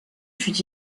fut